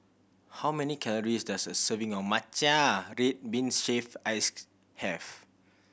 how many calories does a serving of matcha red bean shaved ice have